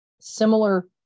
similar